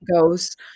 goes